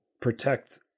protect